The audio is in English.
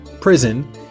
prison